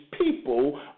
people